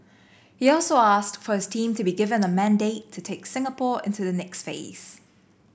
he also asked for his team to be given a mandate to take Singapore into the next phase